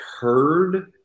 heard